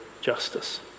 justice